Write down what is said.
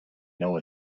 know